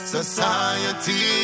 Society